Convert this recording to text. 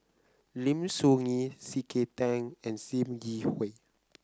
Lim Soo Ngee C K Tang and Sim Yi Hui